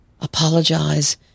Apologize